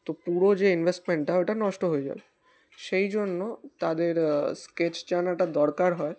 তো পুরো যে ইনভেস্টমেন্টটা ওইটা নষ্ট হয়ে যাবে সেই জন্য তাদের স্কেচ জানাটা দরকার হয়